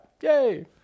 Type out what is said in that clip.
Yay